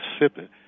mississippi